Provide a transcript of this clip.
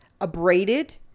abraded